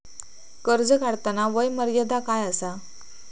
कर्ज काढताना वय मर्यादा काय आसा?